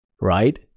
right